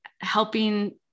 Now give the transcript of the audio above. helping